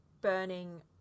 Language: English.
burning